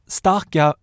starka